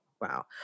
wow